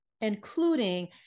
including